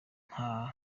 nta